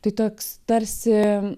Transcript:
tai toks tarsi